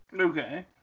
Okay